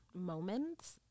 moments